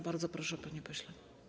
Bardzo proszę, panie pośle.